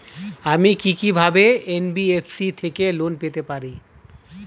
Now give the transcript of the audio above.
আমি কি কিভাবে এন.বি.এফ.সি থেকে লোন পেতে পারি?